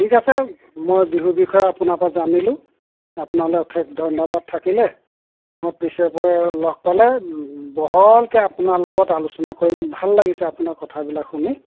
ঠিক আছে মই বিহুৰ বিষয়ে আপোনাৰ পৰা জানিলোঁ আপোনালৈ অশেষ ধন্যবাদ থাকিলে মই পিছেপৰে লগ পালে বহলকৈ আপোনাৰ লগত আলোচনা কৰিম ভাল লাগিছে আপোনাৰ কথাবিলাক শুনি